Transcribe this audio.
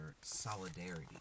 solidarity